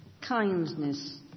kindness